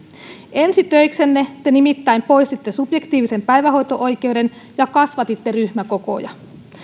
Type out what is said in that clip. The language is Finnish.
ensi töiksenne te nimittäin poistitte subjektiivisen päivähoito oikeuden ja kasvatitte ryhmäkokoja